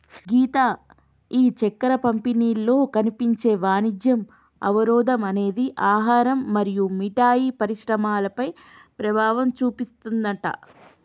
గీత ఈ చక్కెర పంపిణీలో కనిపించే వాణిజ్య అవరోధం అనేది ఆహారం మరియు మిఠాయి పరిశ్రమలపై ప్రభావం చూపిస్తుందట